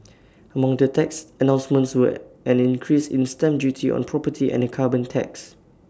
among the tax announcements were an increase in stamp duty on property and A carbon tax